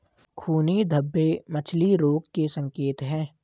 खूनी धब्बे मछली रोग के संकेत हैं